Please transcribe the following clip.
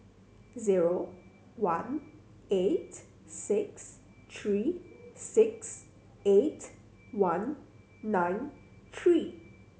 zero one eight six three six eight one nine three